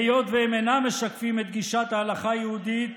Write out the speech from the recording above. היות שהם אינם משקפים את גישת ההלכה היהודית,